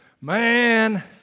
Man